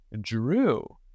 drew